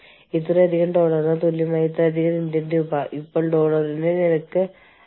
സംഘടനയുടെ ഭാഗമായി യൂണിയനെ അംഗീകരിക്കണമോ എന്ന് നിങ്ങൾ എവിടെയാണ് തീരുമാനിക്കുന്നത്